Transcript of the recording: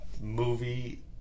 movie